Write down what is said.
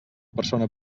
persona